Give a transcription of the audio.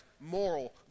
moral